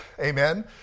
Amen